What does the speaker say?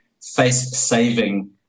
face-saving